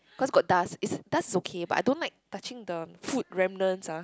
cause got dust is dust is okay but I don't like touching the food remnants ah